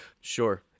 Sure